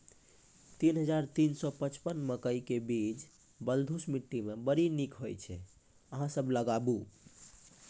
तीन हज़ार तीन सौ पचपन मकई के बीज बलधुस मिट्टी मे बड़ी निक होई छै अहाँ सब लगाबु?